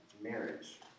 marriage